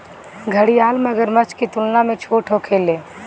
घड़ियाल मगरमच्छ की तुलना में छोट होखेले